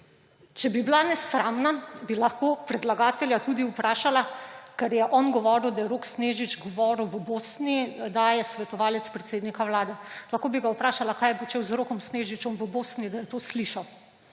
Če bi bila nesramna, bi lahko predlagatelja tudi vprašala, ker je on govoril, da je Rok Snežič govoril v Bosni, da je svetovalec predsednika Vlade. Lahko bi ga vprašala, kaj je počel z Rokom Snežičem v Bosni, da je to slišal,